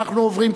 אנחנו עוברים,